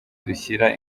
dushyira